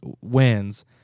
wins